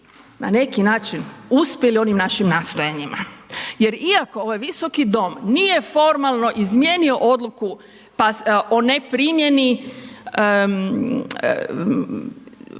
na neki način uspjeli onim našim nastojanjima, jer iako ovaj visoki dom nije formalno izmijenio odluku o neprimjeni